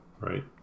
right